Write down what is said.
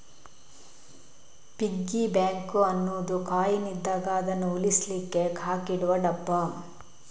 piggy bank ಅನ್ನುದು coin ಇದ್ದಾಗ ಅದನ್ನು ಉಳಿಸ್ಲಿಕ್ಕೆ ಹಾಕಿಡುವ ಡಬ್ಬ